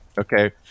okay